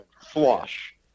Flush